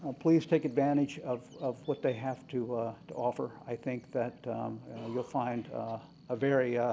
ah please take advantage of of what they have to to offer. i think that you'll find a very